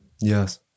Yes